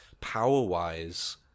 power-wise